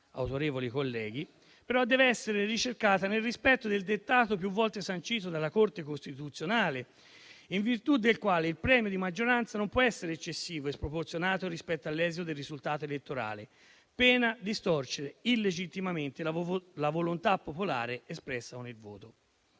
autorevoli colleghi - deve però essere ricercata nel rispetto del dettato più volte sancito dalla Corte costituzionale, in virtù del quale il premio di maggioranza non può essere eccessivo e sproporzionato rispetto all'esito del risultato elettorale, pena la distorsione illegittima della volontà popolare espressa con il voto.